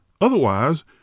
Otherwise